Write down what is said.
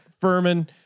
Furman